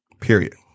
Period